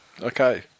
Okay